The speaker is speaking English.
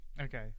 Okay